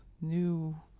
new